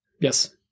Yes